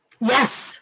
Yes